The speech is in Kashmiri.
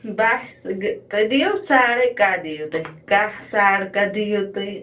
بس تُہۍ دِیو ساڑٔے کاہہ دِیو تُہۍ کاہہ ساڑٕ کاہہ دِیو تُہۍ